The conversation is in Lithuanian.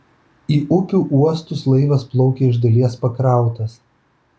į upių uostus laivas plaukia iš dalies pakrautas